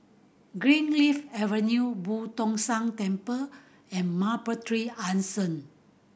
Greenleaf Avenue Boo Tong San Temple and Mapletree Anson